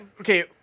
Okay